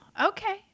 okay